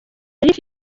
rifite